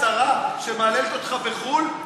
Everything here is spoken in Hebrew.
השרה שמהללת אותך בחו"ל,